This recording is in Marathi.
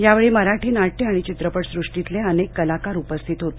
यावेळी मराठी नाट्य आणि चित्रपट सृष्टीतले अनेक कलाकार उपस्थित होते